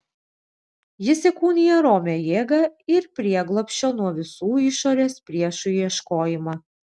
jis įkūnija romią jėgą ir prieglobsčio nuo visų išorės priešų ieškojimą